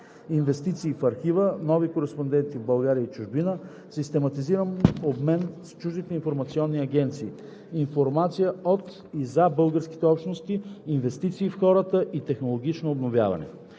инвестиции в архива; нови кореспонденти в България и чужбина; систематизиран обмен с чуждите информационни агенции; информация от и за българските общности; инвестиции в хората и технологично обновяване.